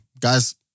Guys